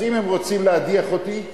אז אם הם רוצים להדיח אותי,